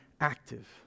active